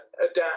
adapt